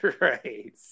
Right